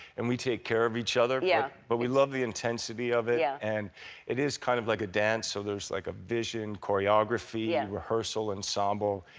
and we take care of each other. yeah. but we love the intensity of it yeah. and it is kind of like a dance. so there's like a vision, choreography, and rehearsal, ensemble,